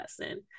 lesson